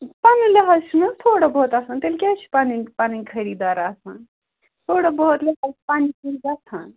پَنُن لِحاظ چھُ مےٚ حظ تھوڑا بہت آسان تیٚلہِ کیٛازِ چھِ پَنٕنۍ پَنٕنۍ خریٖدار آسان تھوڑا بہت لِحاظ چھِ پَنٕنۍ گژھان